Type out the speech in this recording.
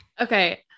Okay